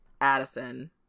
Addison